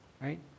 right